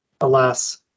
alas